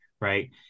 right